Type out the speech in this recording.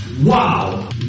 Wow